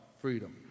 freedom